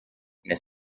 n’est